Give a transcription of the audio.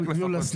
יוליה,